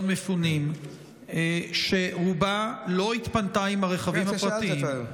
מפונים כרגע שרובה לא התפנתה עם הרכבים הפרטיים.